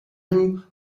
him